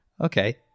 Okay